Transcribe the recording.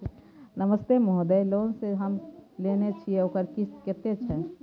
नमस्ते महोदय, लोन जे हम लेने छिये ओकर किस्त कत्ते छै?